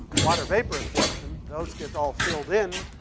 water-vapor absorption. those get all filled in.